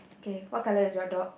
okay what color is your dog